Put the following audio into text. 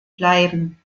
bleiben